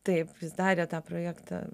taip darė tą projektą